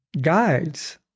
guides